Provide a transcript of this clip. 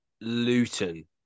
Luton